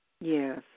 Yes